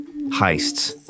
heists